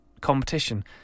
competition